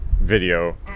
video